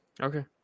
Okay